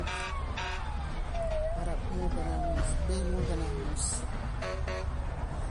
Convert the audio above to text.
Bann rab moo gënaa muus bëy moo gënaa muus.